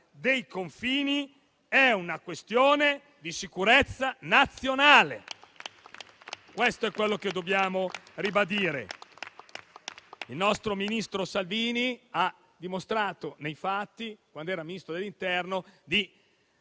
dei confini è una questione di sicurezza nazionale. Questo è ciò che dobbiamo ribadire. Il nostro ministro Salvini ha dimostrato nei fatti, quando era Ministro dell'interno,